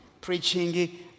Preaching